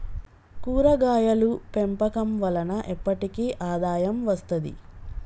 కూరగాయలు పెంపకం వలన ఎప్పటికి ఆదాయం వస్తది